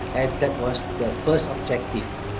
and that was the first objective.